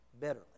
bitterly